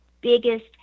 biggest